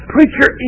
Preacher